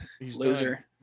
Loser